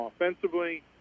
offensively